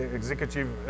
executive